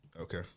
Okay